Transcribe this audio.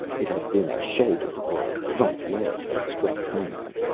it had been a shoulder or front leg that struck conan,